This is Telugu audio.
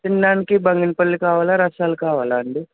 తినడానికి బంగినపల్లి కావాలా రసాలు కావాలా అండి